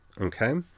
Okay